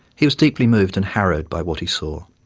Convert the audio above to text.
he was deeply moved and harrowed by what he saw,